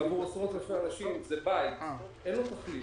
עבור עשרות אלפי אנשים הוא בית - ואין לו תחליף.